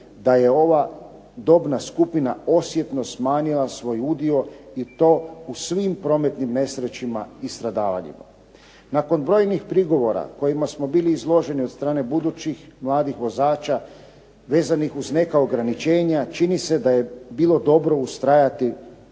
da je ova dobna skupina osjetno smanjila svoj udio i to u svim prometnim nesrećama i stradavanjima. Nakon brojnih prigovora kojima smo bili izloženi od strane budućih mladih vozača vezanih uz neka ograničenja čini se da je bilo dobro ustrajati